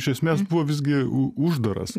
iš esmės buvo visgi uždaras